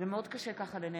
בצלאל סמוטריץ'